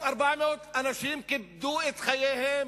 1,400 אנשים קיפחו את חייהם.